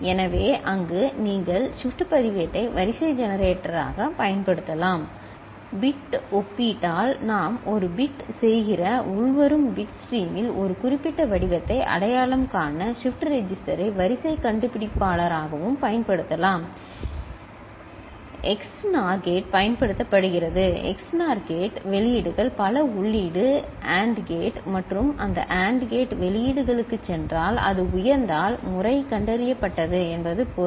எனவே அங்கு நீங்கள் ஷிப்ட் பதிவேட்டை வரிசை ஜெனரேட்டராகப் பயன்படுத்தலாம் பிட் ஒப்பீட்டால் நாம் ஒரு பிட் செய்கிற உள்வரும் பிட் ஸ்ட்ரீமில் ஒரு குறிப்பிட்ட வடிவத்தை அடையாளம் காண ஷிப்ட் ரெஜிஸ்டரை வரிசை கண்டுபிடிப்பாளராகவும் பயன்படுத்தலாம் எக்ஸ்என்ஓஆர் கேட் பயன்படுத்தப்படுகிறது எக்ஸ்என்ஓஆர் கேட் வெளியீடுகள் பல உள்ளீடு AND கேட் மற்றும் அந்த AND கேட் வெளியீடுகளுக்கு சென்றால் அது உயர்ந்தால் முறை கண்டறியப்பட்டது என்பது பொருள்